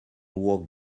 walk